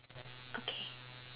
okay